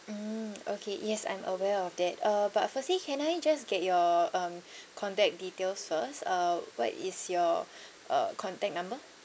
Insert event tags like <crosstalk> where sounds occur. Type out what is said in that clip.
mm okay yes I'm aware of that uh but firstly can I just get your um <breath> contact details first uh what is your <breath> uh contact number